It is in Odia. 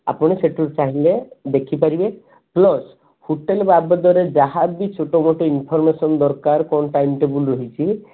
ଆପଣ ସେଥିରୁ ଚାହିଁଲେ ଦେଖିପାରିବେ ପ୍ଲସ୍ ହୋଟେଲ୍ ବାବଦରେ ଯାହାବି ଛୋଟ ମୋଟ ଇନ୍ଫର୍ମେସନ୍ ଦରକାର କ'ଣ ଟାଇମ୍ ଟେବୁଲ୍ ରହିଛି